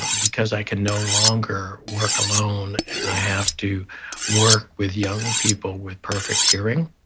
because i can no longer work alone, and i have to work with young people with perfect hearing.